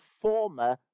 former